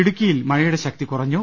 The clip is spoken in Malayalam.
ഇടുക്കിയിൽ മഴയുടെ ശക്തി കുറഞ്ഞു